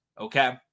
okay